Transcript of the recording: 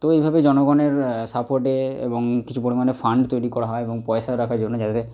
তো এইভাবে জনগণের সাপোর্টে এবং কিছু পরিমাণে ফান্ড তৈরি করা হয় এবং পয়সা রাখার জন্য যাতে